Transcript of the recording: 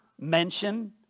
mention